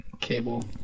cable